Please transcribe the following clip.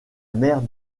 mère